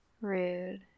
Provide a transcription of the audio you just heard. rude